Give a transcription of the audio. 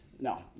No